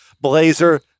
blazer